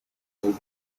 going